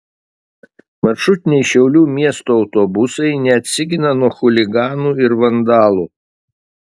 maršrutiniai šiaulių miesto autobusai neatsigina nuo chuliganų ir vandalų